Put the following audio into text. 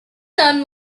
son